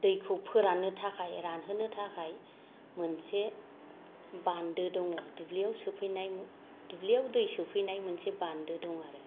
दैखौ फोराननो थाखाय रानहोनो थाखाय मोनसे बान्दो दङ दुब्लिआव सोफैनाय दुब्लिआव दै सोफैनाय मोनसे बान्दो दङ आरो